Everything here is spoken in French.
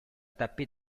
taper